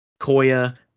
Koya